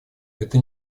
это